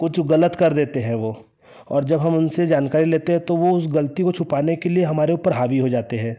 कुछ गलत कर देते हैं और जब उनसे जानकारी लेते हैं तो वह उस गलती को छुपाने के लिए हमारे ऊपर हावी हो जाते हैं